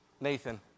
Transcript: Nathan